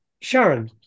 sharon